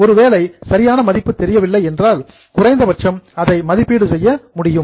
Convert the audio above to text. ஒருவேளை சரியான மதிப்பு தெரியவில்லை என்றால் லீஸ்ட் குறைந்தபட்சம் அதை எஸ்டிமேட்டட் மதிப்பீடு செய்ய முடியும்